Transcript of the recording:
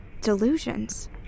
Delusions